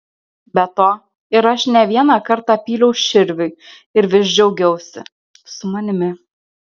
be to ir aš ne vieną kartą pyliau širviui ir vis džiaugiausi su manimi